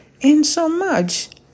insomuch